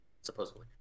supposedly